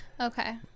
Okay